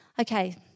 Okay